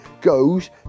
goes